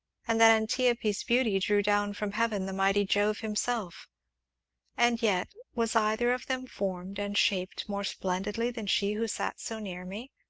and that antiope's beauty drew down from heaven the mighty jove himself and yet, was either of them formed and shaped more splendidly than she who sat so near me,